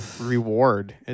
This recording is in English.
reward